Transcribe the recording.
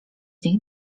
niech